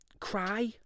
cry